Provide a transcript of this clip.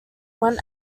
went